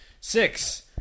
six